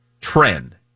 trend